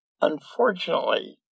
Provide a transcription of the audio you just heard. Unfortunately